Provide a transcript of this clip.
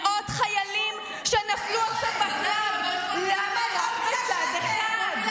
מאות חיילים שנפלו עכשיו בקרב, איך את מדברת.